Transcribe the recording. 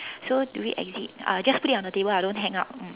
so do we exit uh just put it on the table ah don't hang up mm